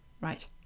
right